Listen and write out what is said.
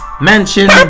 Mansion